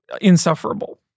insufferable